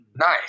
Nice